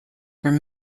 were